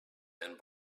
and